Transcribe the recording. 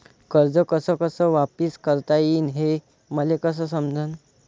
कर्ज कस कस वापिस करता येईन, हे मले कस समजनं?